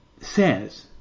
says